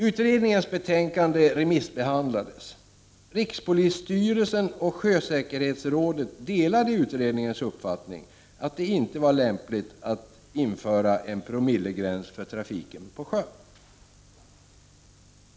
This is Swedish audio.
Utredningens betänkande remissbehandlades. Rikspolisstyrelsen och sjösäkerhetsrådet delade utredningens uppfattning att det inte var lämpligt att införa en promillegräns för trafiken på sjön.